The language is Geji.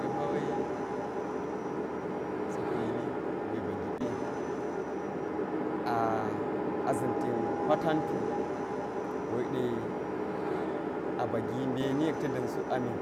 Depawe sia hwini gwe ba ngiɓi a a za̱n ten hwa tantu go yek de abagi mbeni yek ta̱ da̱n suk ami